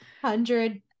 Hundred